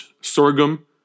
sorghum